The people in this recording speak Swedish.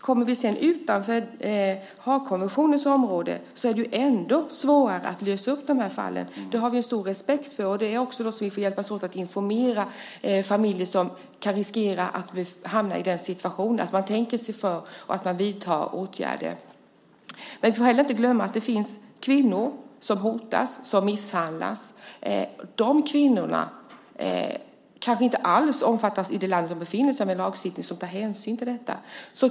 Kommer vi sedan utanför Haagkonventionens område är det ännu svårare att lösa de här fallen. Det har vi stor respekt för, och där får vi hjälpas åt att informera familjer som kan riskera att hamna i den situationen så att man tänker sig för och vidtar åtgärder. Vi får inte heller glömma att det finns kvinnor som hotas och misshandlas. De kvinnorna kanske inte alls omfattas i det land som de befinner sig i av den lagstiftning som tar hänsyn till detta.